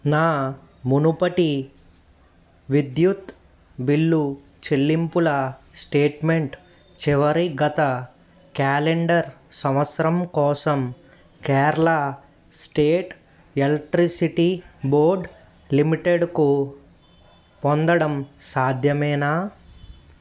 నా మునుపటి విద్యుత్ బిల్లు చెల్లింపుల స్టేట్మెంట్ చివరి గత క్యాలెండర్ సంవత్సరం కోసం కేరళా స్టేట్ ఎల్క్ట్రిసిటీ బోర్డ్ లిమిటెడ్కు పొందడం సాధ్యమేనా